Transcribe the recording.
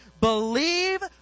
believe